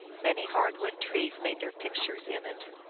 many hard-wood trees made their pictures in it.